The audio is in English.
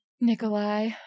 Nikolai